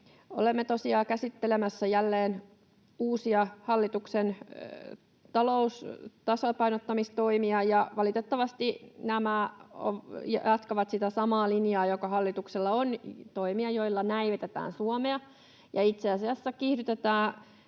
Olemme tosiaan käsittelemässä jälleen uusia hallituksen talouden tasapainottamistoimia, ja valitettavasti nämä jatkavat sitä samaa linjaa, joka hallituksella on. Ne ovat toimia, joilla näivetetään Suomea ja itse asiassa kiihdytetään